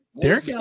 Derek